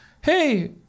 Hey